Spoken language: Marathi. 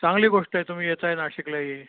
चांगली गोष्ट आहे तुम्ही येताय नाशिकला ही